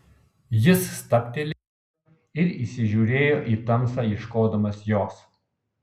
jis stabtelėjo ir įsižiūrėjo į tamsą ieškodamas jos